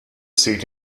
seat